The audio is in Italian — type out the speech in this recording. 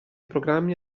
programmi